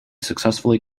successfully